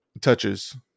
touches